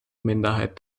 minderheit